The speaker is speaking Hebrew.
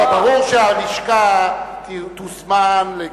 לא, ברור שהלשכה, אם